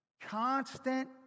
constant